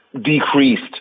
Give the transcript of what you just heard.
decreased